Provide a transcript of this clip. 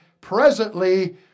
presently